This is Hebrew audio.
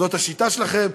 זאת השיטה שלכם,